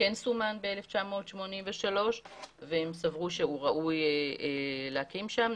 שכן סומן ב-1983 והם סברו שראוי להקים שם,